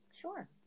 Sure